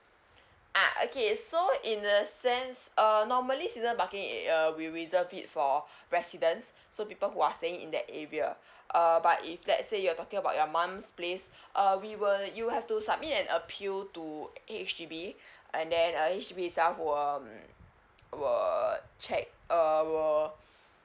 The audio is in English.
ah okay so in a sense um normally season parking uh we reserve it for residents so people who are staying in that area err but if let's say you're talking about your mom's place uh we will you have to submit an appeal to H_D_B and then uh H_D_B itself will um will check uh will